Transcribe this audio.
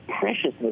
preciousness